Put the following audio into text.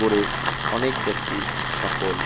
করে অনেক ব্যক্তি সফল